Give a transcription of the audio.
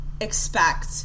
expect